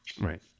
Right